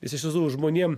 nes iš tiesų žmonėm